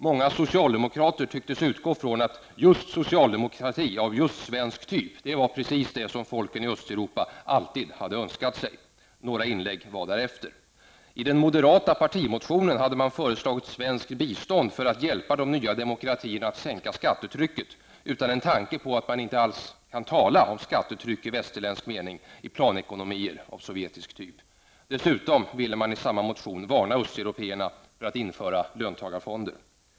Många socialdemokrater tycktes utgå från att just socialdemokrati av svensk typ var precis det som folken i Östeuropa alltid hade önskat sig. Några inlägg var därefter. I den moderata partimotionen hade man föreslagit svenskt bistånd för att hjälpa de nya demokratierna att sänka skattetrycket -- utan en tanke på att man inte alls kan tala om skattetryck i västerländsk mening i planekonomier av sovjetisk typ. Dessutom ville man i samma motion varna östeuropéerna för att införa löntagarfonder.